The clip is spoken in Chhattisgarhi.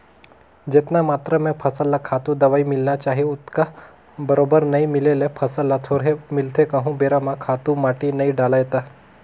जेतना मातरा में फसल ल खातू, दवई मिलना चाही ओतका बरोबर नइ मिले ले फसल ल थोरहें मिलथे कहूं बेरा म खातू माटी नइ डलय ता